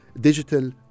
digital